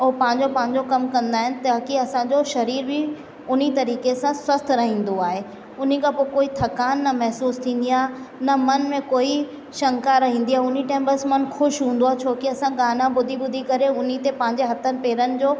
हो पंहिंजो पंहिंजो कमु कंदा आहिनि ताकी असांजो शरीरु बि उन्ही तरीक़े सां स्वस्थ रहंदो आहे उन्ही खां पोइ कोई थकान न महसूसु थींदी आहे न मन में कोई शंका रहंदी आहे उन्ही टाइम मनु बसि ख़ुशि हूंदो आहे छोकी असां गाना ॿुधी ॿुधी करे उन्ही ते पंहिंजे हथनि पेरनि जो